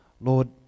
Lord